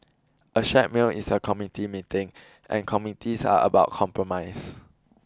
a shared meal is a committee meeting and committees are about compromise